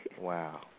Wow